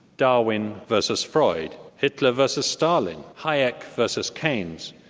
darwin versus freud, hitler versus stalin, hayek versus keynes,